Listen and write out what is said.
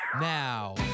now